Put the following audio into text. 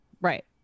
right